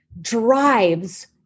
drives